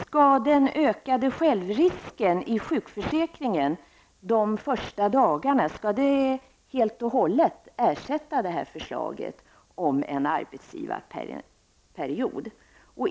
Skall den ökade självrisken i sjukförsäkringen under de första sjukdagarna helt och hållet ersätta det här förslaget om en arbetsgivarperiod?